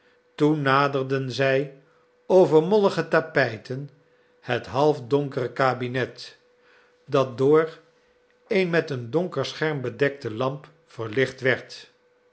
toen naderden zij over mollige tapijten het halfdonkere kabinet dat door een met een donker scherm bedekte lamp verlicht werd